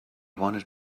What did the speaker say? wanted